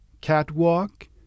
Catwalk